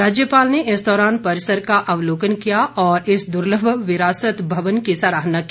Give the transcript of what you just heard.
राज्यपाल ने इस दौरान परिसर का अवलोकन किया और इस दुर्लभ विरासत भवन की सराहना की